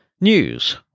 News